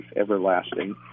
everlasting